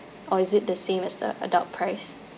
or is it the same as the adult price